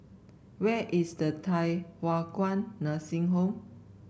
where is the Thye Hua Kwan Nursing Home